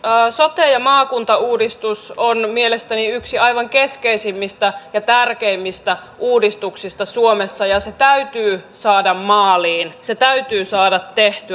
sote ja maakuntauudistus on mielestäni yksi aivan keskeisimmistä ja tärkeimmistä uudistuksista suomessa ja se täytyy saada maaliin se täytyy saada tehtyä